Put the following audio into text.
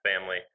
family